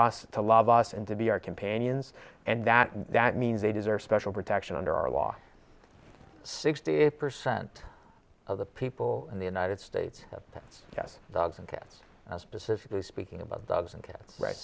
us to love us and to be our companions and that that means they deserve special protection under our law sixty percent of the people in the united states of us doesn't get us specifically speaking about dogs and cats right